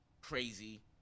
crazy